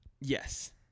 yes